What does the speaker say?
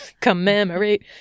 Commemorate